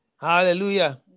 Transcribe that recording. Hallelujah